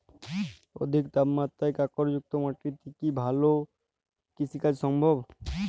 অধিকমাত্রায় কাঁকরযুক্ত মাটিতে কি ভালো কৃষিকাজ সম্ভব?